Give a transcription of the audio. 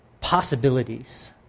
possibilities